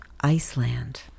Iceland